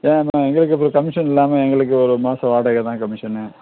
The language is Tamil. ஆமாம் எங்களுக்கு அப்போ கமிஷன் இல்லாமல் எங்களுக்கு ஒரு மாசம் வாடகை தான் கமிஷனு